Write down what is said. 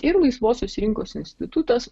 ir laisvosios rinkos institutas